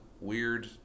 weird